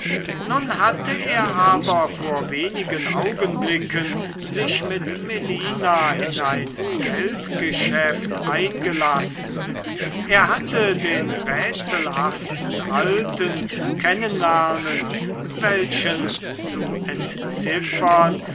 nun hatte er aber vor wenigen augenblicken sich mit melina in ein geldgeschäft eingelassen er hatte den rätselhaften alten kennen lernen welchen zu entziffern